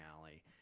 alley